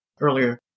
earlier